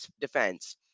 Defense